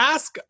Ask